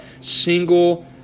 single